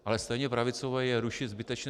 Ale stejně pravicové je rušit zbytečné.